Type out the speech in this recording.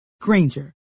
Granger